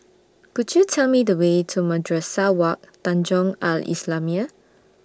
Could YOU Tell Me The Way to Madrasah Wak Tanjong Al Islamiah